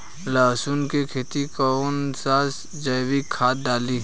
लहसुन के खेत कौन सा जैविक खाद डाली?